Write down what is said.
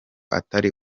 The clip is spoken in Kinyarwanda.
atari